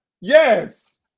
Yes